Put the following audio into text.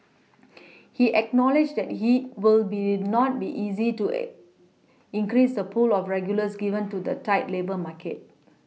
he acknowledged that he will be not be easy to increase the pool of regulars given to the tight labour market